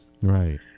Right